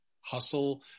hustle